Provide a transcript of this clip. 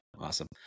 Awesome